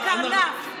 אתה קרנף.